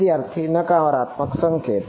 વિદ્યાર્થી નકારાત્મક સંકેત